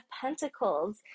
pentacles